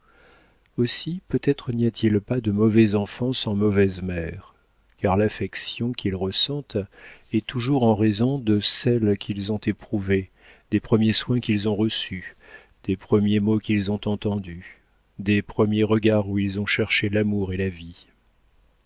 aussi peut-être n'y a-t-il pas de mauvais enfants sans mauvaises mères car l'affection qu'ils ressentent est toujours en raison de celle qu'ils ont éprouvée des premiers soins qu'ils ont reçus des premiers mots qu'ils ont entendus des premiers regards où ils ont cherché l'amour et la vie